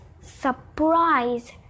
surprise